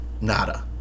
nada